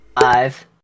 Five